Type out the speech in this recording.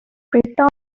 breakdown